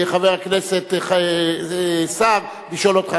חבר הכנסת סער לשאול אותך,